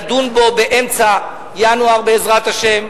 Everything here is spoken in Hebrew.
נדון בו באמצע ינואר, בעזרת השם.